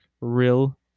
real